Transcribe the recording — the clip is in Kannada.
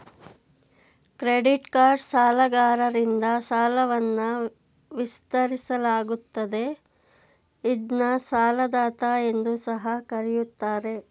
ಕ್ರೆಡಿಟ್ಕಾರ್ಡ್ ಸಾಲಗಾರರಿಂದ ಸಾಲವನ್ನ ವಿಸ್ತರಿಸಲಾಗುತ್ತದೆ ಇದ್ನ ಸಾಲದಾತ ಎಂದು ಸಹ ಕರೆಯುತ್ತಾರೆ